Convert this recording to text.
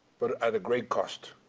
but at a great cost.